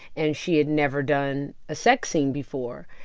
and she had never done a sex scene before.